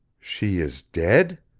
she is dead,